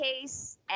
case